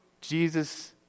Jesus